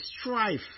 strife